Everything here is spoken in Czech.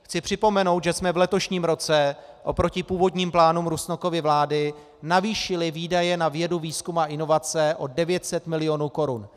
Chci připomenout, že jsme v letošním roce oproti původním plánům Rusnokovy vlády navýšili výdaje na vědu, výzkum a inovace o 900 milionů korun.